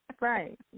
right